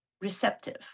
receptive